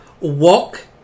walk